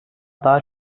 daha